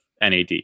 nad